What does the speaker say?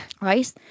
right